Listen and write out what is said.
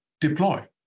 Deploy